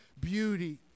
beauty